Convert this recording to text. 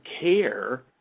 care